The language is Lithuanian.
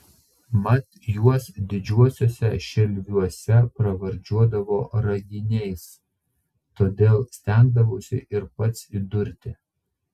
mat juos didžiuosiuose šelviuose pravardžiuodavo raginiais todėl stengdavausi ir pats įdurti